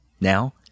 Now